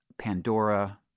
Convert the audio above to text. Pandora